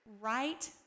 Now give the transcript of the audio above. Right